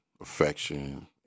affection